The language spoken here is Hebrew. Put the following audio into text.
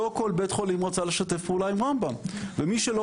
לא כל בית חולים רצה לשתף פעולה עם רמב"ם ומי שלא